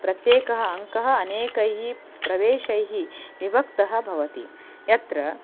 प्रत्येकः अङ्कः अनेकैः प्रवेशैः विबक्तः भवति यत्र